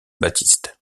baptiste